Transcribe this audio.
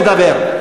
מדבר.